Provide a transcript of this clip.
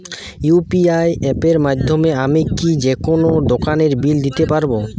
UPI অ্যাপের মাধ্যমে আমি কি যেকোনো দোকানের বিল দিতে পারবো?